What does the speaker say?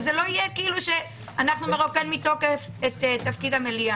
שזה לא יהיה שאנחנו נרוקן מתוקף את המליאה.